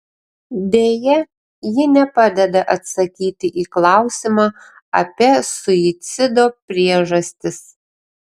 deja ji nepadeda atsakyti į klausimą apie suicido priežastis